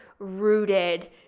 rooted